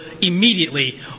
immediately